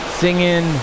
singing